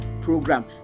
program